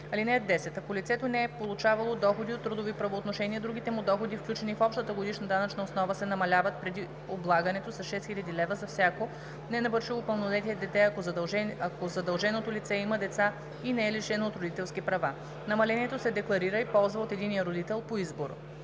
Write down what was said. ал. 3. (10) Ако лицето не е получавало доходи от трудови правоотношения, другите му доходи, включени в общата годишна данъчна основа, се намаляват преди облагането с 6000 лева за всяко ненавършило пълнолетие дете, ако задълженото лице има деца и не е лишено от родителски права. Намалението се декларира и ползва от единия родител по избор.